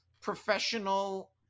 professional